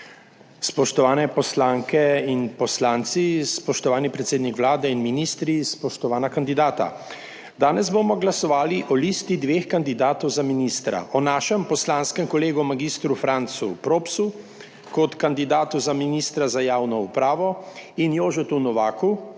spoštovane poslanke in poslanci, spoštovani predsednik Vlade in ministri, spoštovana kandidata! Danes bomo glasovali o listi dveh kandidatov za ministra, o našem poslanskem kolegu mag. Francu Propsu kot kandidatu za ministra za javno upravo in Jožetu Novaku